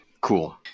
cool